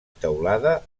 teulada